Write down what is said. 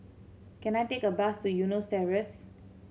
can I take a bus to Eunos Terrace